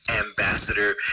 ambassador